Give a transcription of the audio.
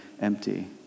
empty